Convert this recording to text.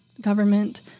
government